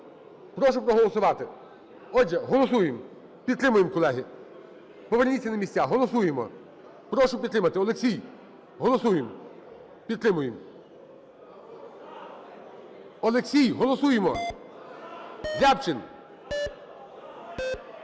Прошу проголосувати. Отже, голосуємо, підтримуємо, колеги. Поверніться на місця. Голосуємо, прошу підтримати. Олексій, голосуємо, підтримуємо. Олексій, голосуємо, Рябчин!